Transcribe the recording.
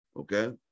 Okay